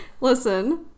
Listen